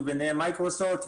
ביניהן מייקרוסופט.